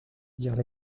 dirent